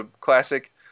classic